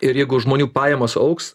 ir jeigu žmonių pajamos augs